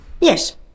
Yes